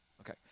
Okay